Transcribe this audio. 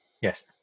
Yes